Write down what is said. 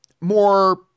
more